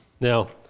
Now